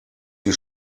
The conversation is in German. die